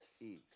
ease